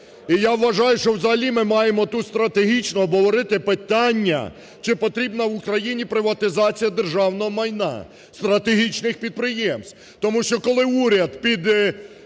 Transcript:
І я вважаю, що взагалі ми маємо тут стратегічну обговорити питання, чи потрібна Україні приватизація державного майна, стратегічних підприємств. Тому що коли уряд під